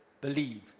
believe